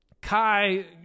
Kai